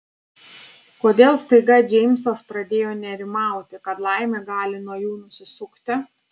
kodėl staiga džeimsas pradėjo nerimauti kad laimė gali nuo jų nusisukti